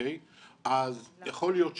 אז יכול להיות שלא,